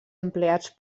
empleats